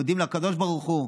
מודים לקדוש ברוך הוא.